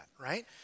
right